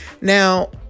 Now